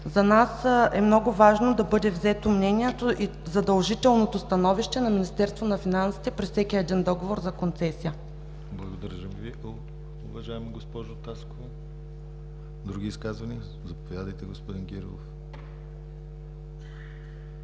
За нас е много важно да бъде взето мнението и задължителното становище на Министерство на финансите при всеки един договор за концесия. ПРЕДСЕДАТЕЛ ДИМИТЪР ГЛАВЧЕВ: Благодаря Ви, уважаема госпожо Таскова. Други изказвания? Заповядайте, господин Кирилов.